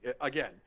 Again